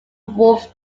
wolf